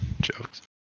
Jokes